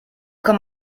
kann